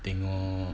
tengok